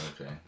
Okay